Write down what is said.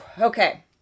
okay